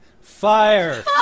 FIRE